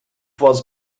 was